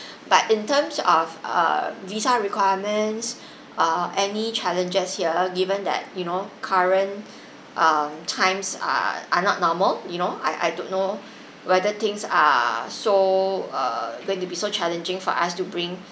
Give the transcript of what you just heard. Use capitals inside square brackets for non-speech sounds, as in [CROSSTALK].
[BREATH] but in terms of err visa requirements err any challenges here given that you know current um times are are not normal you know I I don't know whether things are so uh going to be so challenging for us to bring